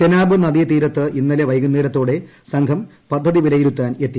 ചെനാബ് നദിതീരത്ത് ഇന്നലെ വൈകുന്നേരത്തോടെ സംഘം പദ്ധതി വിലയിരുത്താൻ എത്തി